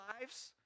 lives